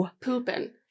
pooping